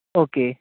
okay